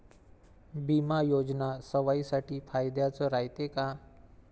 बिमा योजना सर्वाईसाठी फायद्याचं रायते का?